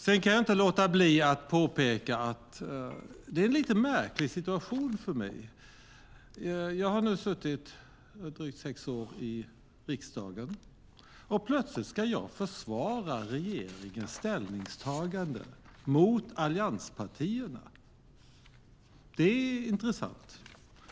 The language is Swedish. Sedan kan jag inte låta bli att påpeka att det här är en lite märklig situation för mig. Jag har suttit drygt sex år i riksdagen, och plötsligt ska jag försvara regeringens ställningstagande mot allianspartierna. Det är intressant.